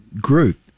group